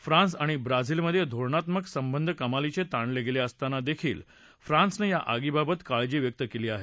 France आणि ब्राझीलमधले धोरणात्मक संबंध कमालीचे ताणले गेले असताना देखील फ्रान्सनं या आगी बाबत काळजी व्यक्त केली आहे